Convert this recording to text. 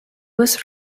was